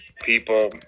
people